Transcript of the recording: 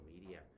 media